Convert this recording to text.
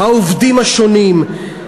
העובדים השונים,